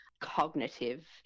cognitive